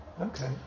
Okay